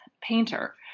painter